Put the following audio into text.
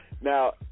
Now